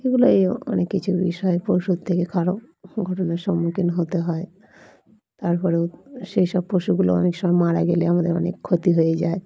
এগুলোই অনেক কিছু বিষয় পশুর থেকে খারাপ ঘটনার সম্মুখীন হতে হয় তার পরেও সেই সব পশুগুলো অনেক সময় মারা গেলে আমাদের অনেক ক্ষতি হয়ে যায়